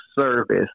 service